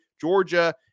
Georgia –